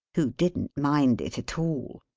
who didn't mind it at all.